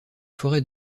forêts